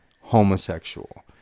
homosexual